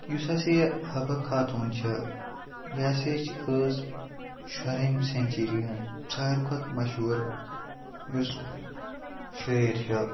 یُس ہَسا یہِ حَبہٕ خاتوٗن چھِ یہِ ہَسا چھِ ٲس شُرہمہِ سیٚنچری ہٕنٛز سارویے کھۄتہٕ مشہوٗر یُس شٲعر چھُ